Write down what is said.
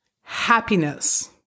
happiness